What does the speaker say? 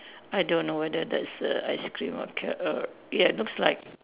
I don't know whether that's a ice cream or carrot err ya looks like